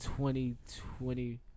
2020